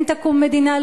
כן תקום מדינה,